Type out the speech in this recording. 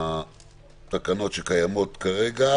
את התקנות שקיימות כרגע,